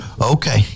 Okay